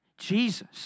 Jesus